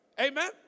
Amen